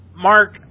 Mark